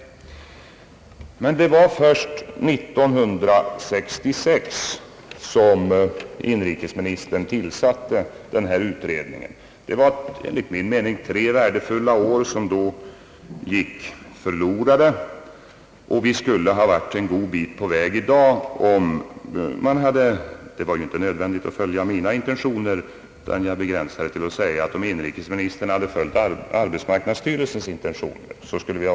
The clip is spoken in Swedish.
Men det var först år 1966 som inrikesministern tillsatte utredningen. Enligt min mening gick tre värdefulla år förlorade. Vi skulle i dag ha varit en god bit på väg — det var ju inte nödvändigt att följa mina intentioner om detta tedde sig besvärande — om inrikesministern hade följt arbetsmarknadsstyrelsens intentioner.